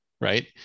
Right